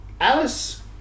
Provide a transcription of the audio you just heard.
Alice